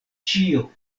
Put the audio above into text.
ĉio